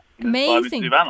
Amazing